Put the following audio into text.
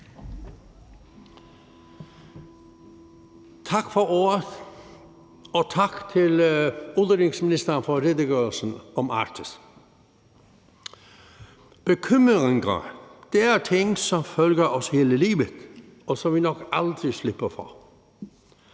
Tak for ordet, og tak til udenrigsministeren for redegørelsen om Arktis. Bekymringer er noget, der følger os hele livet, og som vi nok aldrig slipper for.